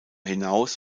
hinaus